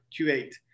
Q8